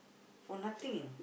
for nothing you know